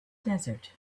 desert